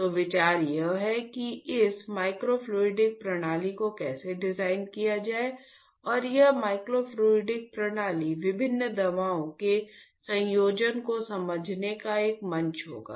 तो विचार यह है कि इस माइक्रोफ्लूडिक प्रणाली को कैसे डिजाइन किया जाए और यह माइक्रोफ्लूडिक प्रणाली विभिन्न दवाओं के संयोजन को समझने का एक मंच होगा